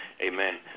amen